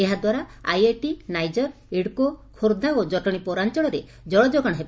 ଏହା ଦ୍ୱାରା ଆଇଆଇଟି ନାଇଜର ଇଡକୋ ଖୋର୍ବ୍ଧା ଓ ଜଟଶୀ ପୌରାଞ୍ଚଳରେ ଜଳ ଯୋଗାଣ ହେବ